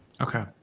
Okay